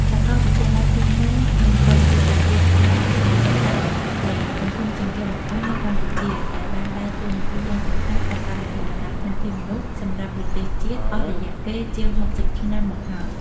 សាកលវិទ្យាល័យភូមិន្ទភ្នំពេញគឺជាគ្រឹះស្ថានឧត្តមសិក្សាដំបូងគេ និងធំជាងគេបង្អស់នៅកម្ពុជា ដែលបានដើរតួនាទីយ៉ាងសំខាន់ក្នុងការបណ្តុះបណ្តាលធនធានមនុស្សសម្រាប់ប្រទេសជាតិអស់រយៈពេលជាង ៦០ ឆ្នាំមកហើយ។